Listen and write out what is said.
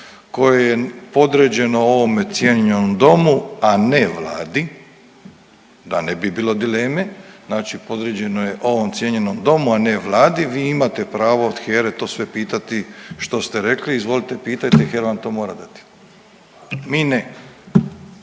koje je podređeno ovom cijenjenom domu, a ne Vladi da ne bi bilo dileme, znači podređeno je ovom cijenjenom domu, a ne Vladi, vi imate pravo od HERA-e to sve pitati što ste rekli, izvolte pitajte, HERA vam to mora dati. Mi ne.